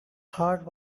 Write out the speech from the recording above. heart